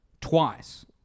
twice